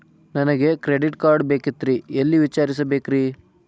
ನನಗೆ credit card ಬೇಕಾಗಿತ್ರಿ ಎಲ್ಲಿ ವಿಚಾರಿಸಬೇಕ್ರಿ?